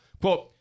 quote